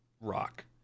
rock